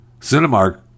Cinemark